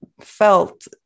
felt